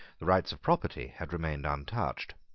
the rights of property had remained untouched.